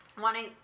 wanting